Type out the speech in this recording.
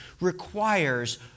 requires